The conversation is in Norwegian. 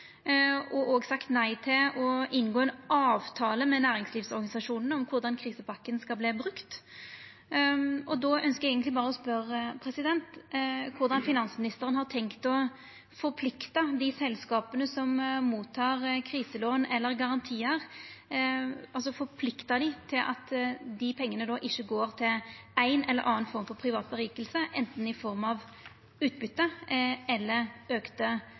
og dei har òg sagt nei til å inngå ein avtale med næringslivsorganisasjonane om korleis krisepakka skal verta brukt. Eg ønskjer å spørja korleis finansministeren har tenkt å forplikta dei selskapa som tek imot kriselån eller garantiar, altså forplikta dei til at pengane ikkje går til ei eller anna form for privat vinning, anten i form av utbyte eller